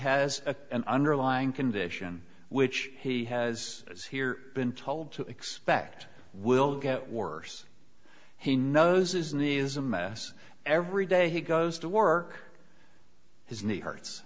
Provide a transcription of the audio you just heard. has a an underlying condition which he has as here been told to expect will get worse he knows his knee is a mess every day he goes to work his knee hurts